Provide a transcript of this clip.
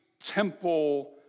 temple